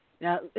Now